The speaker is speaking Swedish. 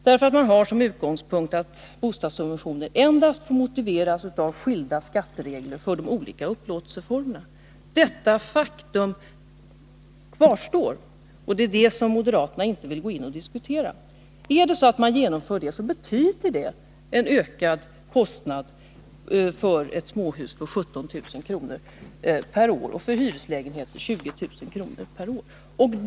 Man har nämligen som utgångspunkt att bostadssubventioner endast motiveras av skilda skatteregler för de olika upplåtelseformerna. Detta faktum kvarstår, och det är det moderaterna inte vill gå in och diskutera. Om man genomför det programmet betyder det en ökad kostnad för ett nytt småhus på 17 000 kr. per år och för en ny hyreslägenhet på 20 000 kr. per år.